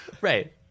Right